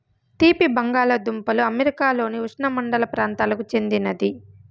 తీపి బంగాలదుంపలు అమెరికాలోని ఉష్ణమండల ప్రాంతాలకు చెందినది